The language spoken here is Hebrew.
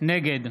נגד